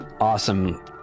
awesome